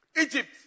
Egypt